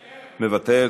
מוותר.